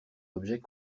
objet